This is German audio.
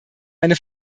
meine